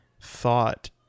thought